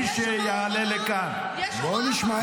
יש הוראה בחוק --- בוא נשמע את עמדת הממשלה.